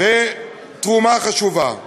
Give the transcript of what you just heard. ותרומה חשובה.